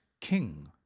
King